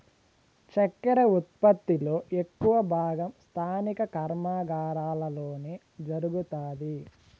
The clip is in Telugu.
చక్కర ఉత్పత్తి లో ఎక్కువ భాగం స్థానిక కర్మాగారాలలోనే జరుగుతాది